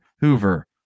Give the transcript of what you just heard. Hoover